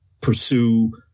Pursue